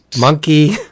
Monkey